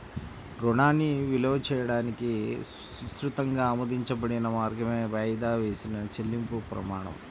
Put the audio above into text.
రుణాన్ని విలువ చేయడానికి విస్తృతంగా ఆమోదించబడిన మార్గమే వాయిదా వేసిన చెల్లింపు ప్రమాణం